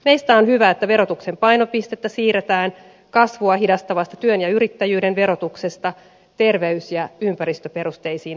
meistä on hyvä että verotuksen painopistettä siirretään kasvua hidastavasta työn ja yrittäjyyden verotuksesta terveys ja ympäristöperusteisiin veroihin